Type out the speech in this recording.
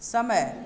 समय